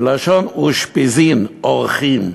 מלשון אושפיזין, אורחים.